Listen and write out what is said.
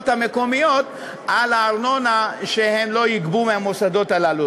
המקומיות על הארנונה שהם לא יגבו מהמוסדות הללו.